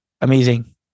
amazing